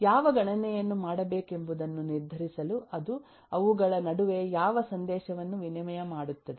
ಯಾವ ಗಣನೆಯನ್ನು ಮಾಡಬೇಕೆಂಬುದನ್ನು ನಿರ್ಧರಿಸಲು ಅದು ಅವುಗಳ ನಡುವೆ ಯಾವ ಸಂದೇಶವನ್ನು ವಿನಿಮಯ ಮಾಡುತ್ತದೆ